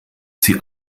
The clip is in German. sie